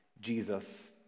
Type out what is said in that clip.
Jesus